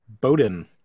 Bowden